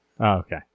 Okay